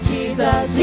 Jesus